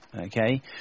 okay